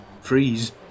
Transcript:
Freeze